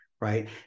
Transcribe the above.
right